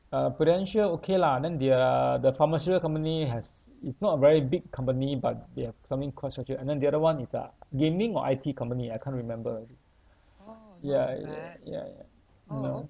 uh Prudential okay lah then the uh the pharmaceutical company has it's not a very big company but they have some infrastructure and then the other one is uh gaming or I_T company I can't remember ya ya ya ya you know